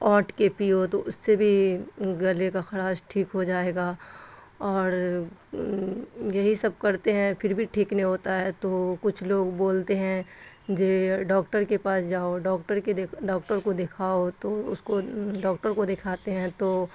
اونٹ کے پیو تو اس سے بھی گلے کا خراش ٹھیک ہو جائے گا اور یہی سب کرتے ہیں پھر بھی ٹھیک نہیں ہوتا ہے تو کچھ لوگ بولتے ہیں جے ڈاکٹر کے پاس جاؤ ڈاکٹر کے دیکھ ڈاکٹر کو دکھاؤ تو اس کو ڈاکٹر کو دکھاتے ہیں تو